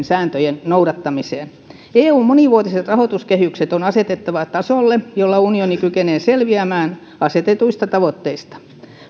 sääntöjen noudattamiseen eun monivuotiset rahoituskehykset on asetettava tasolle jolla unioni kykenee selviämään asetetuista tavoitteista